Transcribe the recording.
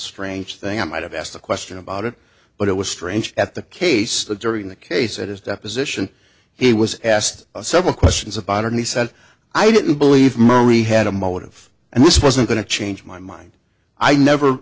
strange thing i might have asked a question about it but it was strange at the case that during the case at his deposition he was asked several questions about and he said i didn't believe murray had a motive and this wasn't going to change my mind i never